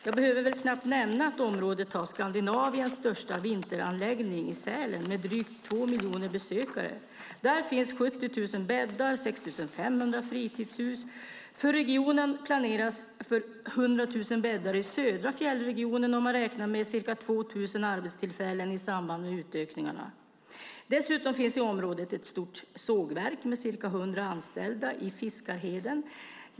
Jag behöver väl knappt nämna att området har Skandinaviens största vinteranläggning i Sälen med drygt två miljoner besökare. Där finns 70 000 bäddar och 6 500 fritidshus. För regionen planeras för 100 000 bäddar i södra fjällregionen och man räknar med ca 2 000 arbetstillfällen i samband med utökningarna. Dessutom finns i området ett stort sågverk med cirka hundra anställda i Fiskarheden.